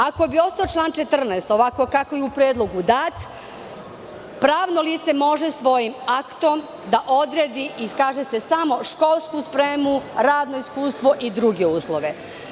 Ako bi ostao član 14, ovako kako je u predlogu dat, pravno lice može svojim aktom da odredi i, kaže se, samo školsku spremu, radno iskustvo i druge uslove.